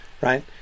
right